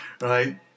Right